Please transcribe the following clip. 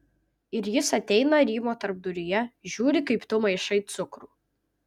ir jis ateina rymo tarpduryje žiūri kaip tu maišai cukrų